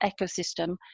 ecosystem